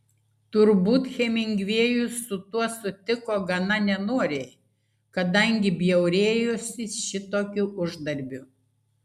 turbūt hemingvėjus su tuo sutiko gana nenoriai kadangi bjaurėjosi šitokiu uždarbiu